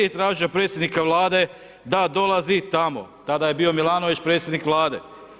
Tražio je predsjednika Vlade da dolazi tamo, tada je bio Milanović predsjednik Vlade.